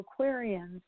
Aquarians